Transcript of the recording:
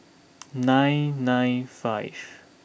nine nine five